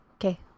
Okay